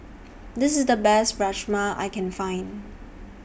This IS The Best Rajma I Can Find